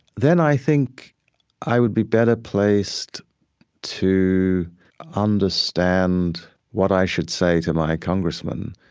then i think i would be better placed to understand what i should say to my congressman,